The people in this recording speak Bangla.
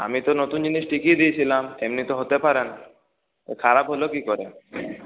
আমি তো নতুন জিনিস ঠিকই দিয়েছিলাম এমনি তো হতে পারে না খারাপ হল কি করে